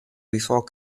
before